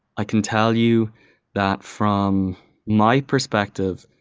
i can tell you that from my perspective,